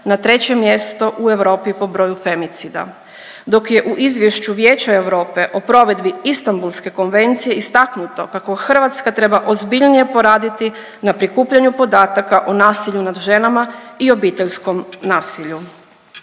na 3. mjesto u Europu po broju femicida, dok je u izvješću Vijeća Europe o provedbi Istambulske konvencije istaknuto kako Hrvatska treba ozbiljnije poraditi na prikupljanju podataka o nasilju nad ženama i obiteljskom nasilju.